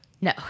No